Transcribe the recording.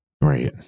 Right